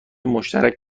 مشترک